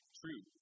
true